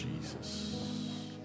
Jesus